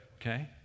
okay